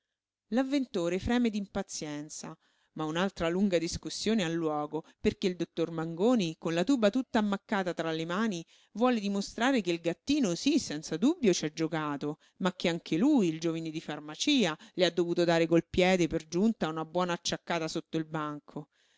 l'avventore freme d'impazienza ma un'altra lunga discussione ha luogo perché il dottor mangoni con la tuba tutta ammaccata tra le mani vuole dimostrare che il gattino sí senza dubbio ci ha giocato ma che anche lui il giovine di farmacia le ha dovuto dare col piede per giunta una buona acciaccata sotto il banco